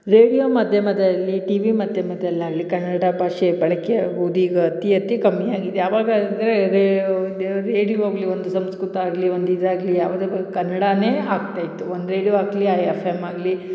radio ಮಾಧ್ಯಮದಲ್ಲಿ TV ಮಾಧ್ಯಮದಲಾಗಲಿ ಕನ್ನಡ ಭಾಷೆ ಬಳಕೆ ಆಗುದು ಈಗ ಅತಿ ಅತಿ ಕಮ್ಮಿಯಾಗಿದೆ ಅವಾಗ ಅಂದರೆ ರೇ ಒಂದು ರೇಡಿಯೊ ಆಗಲಿ ಒಂದು ಸಂಸ್ಕೃತ ಆಗಲಿ ಒಂದು ಇದು ಆಗಲಿ ಯಾವುದೇ ಬಗ್ಗೆ ಕನ್ನಡನೇ ಹಾಕ್ತಾ ಇತ್ತು ಒಂದು ರೇಡ್ಯೊ ಹಾಕ್ಲಿ ಆ ಎಫ್ ಎಮ್ ಆಗಲಿ